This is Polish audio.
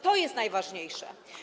To jest najważniejsze.